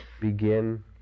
begin